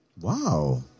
Wow